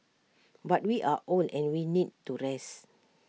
but we are old and we need to rest